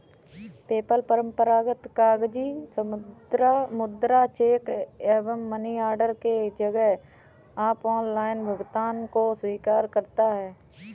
PayPal परंपरागत कागजी मुद्रा, चेक एवं मनी ऑर्डर के जगह पर ऑनलाइन भुगतान को स्वीकार करता है